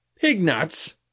Pig-nuts